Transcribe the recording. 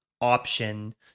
option